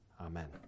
Amen